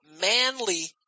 manly